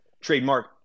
trademark